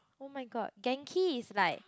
[oh]-my-god Genki is like